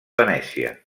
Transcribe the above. venècia